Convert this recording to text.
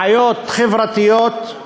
בעיות חברתיות,